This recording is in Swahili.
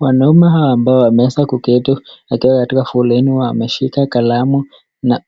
Wanaume hao ambao wameeza kuketi, wakiwa katika foreni wameshika kalamu na